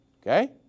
Okay